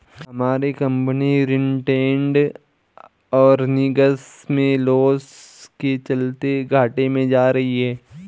हमारी company retained earnings में loss के चलते घाटे में जा रही है